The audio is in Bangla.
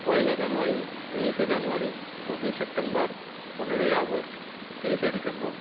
পয়লা জানুয়ারি তেইশে জানুয়ারি দশই সেপ্টেম্বর পনেরোই আগষ্ট তিরিশে ডিসেম্বর